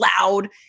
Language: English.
loud